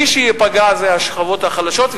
מי שייפגע זה השכבות החלשות.